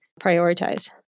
prioritize